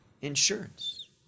insurance